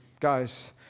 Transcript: guys